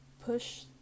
push